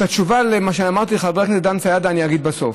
את התשובה שאמרתי לחבר הכנסת דן סידה אני אגיד בסוף.